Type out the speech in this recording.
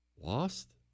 lost